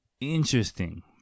interesting